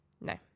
No